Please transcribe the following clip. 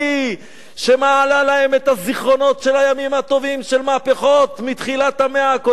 שמעלה להם את הזיכרונות של הימים טובים של מהפכות מתחילת המאה הקודמת,